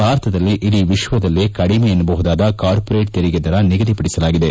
ಭಾರತದಲ್ಲಿ ಇಡೀ ವಿಶ್ವದಲ್ಲೇ ಕಡಿಮೆ ಎನ್ನಬಹುದಾದ ಕಾರ್ಮೊರೇಟ್ ತೆರಿಗೆ ದರ ನಿಗದಿಪಡಿಸಲಾಗಿದೆ